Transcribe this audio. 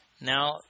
Now